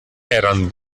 eran